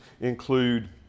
include